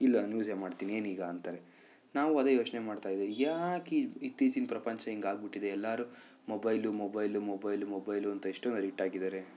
ಇಲ್ಲ ನಾನು ಯೂಸೇ ಮಾಡ್ತೀನಿ ಏನೀಗ ಅಂತಾರೆ ನಾವು ಅದೇ ಯೋಚನೆ ಮಾಡ್ತಾ ಇದೆ ಯಾಕೆ ಈ ಇತ್ತೀಚಿನ ಪ್ರಪಂಚ ಹಿಂಗೆ ಆಗಿಬಿಟ್ಟಿದೆ ಎಲ್ಲರು ಮೊಬೈಲು ಮೊಬೈಲು ಮೊಬೈಲು ಮೊಬೈಲು ಅಂತ ಎಷ್ಟೊಂದು ಅಡಿಕ್ಟ್ ಆಗಿದ್ದಾರೆ